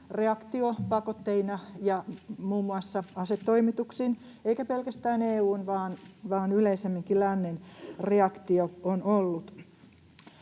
reaktio pakotteina ja muun muassa asetoimituksin, eikä pelkästään EU:n vaan yleisemminkin lännen reaktio, on ollut.